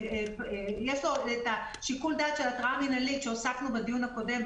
יש לו שיקול הדעת של התרעה מינהלית שהוספנו בדיון הקודם,